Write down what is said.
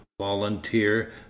volunteer